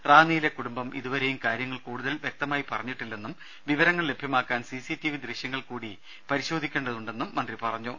റാന്നിയിലെ കുടുംബം ഇതുവരേയും കാര്യങ്ങൾ കൂടുതൽ വ്യക്തമായി പറഞ്ഞിട്ടില്ലെന്നും വിവരങ്ങൾ ലഭ്യമാക്കാൻ സിസിടിവി ദൃശ്യങ്ങൾ കൂടി പരിശോധിക്കേണ്ടതുണ്ടെന്നും മന്ത്രി പറഞ്ഞു